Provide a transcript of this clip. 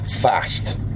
fast